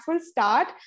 start